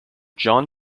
john